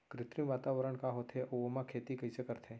कृत्रिम वातावरण का होथे, अऊ ओमा खेती कइसे करथे?